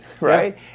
right